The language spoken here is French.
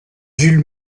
jules